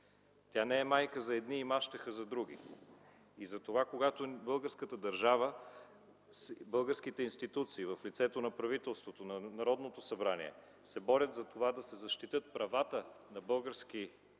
Тя не е майка за едни и мащеха за други. Когато българските институции, в лицето на правителството, на Народното събрание, се борят за това да се защитят правата на български граждани,